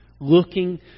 Looking